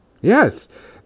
Yes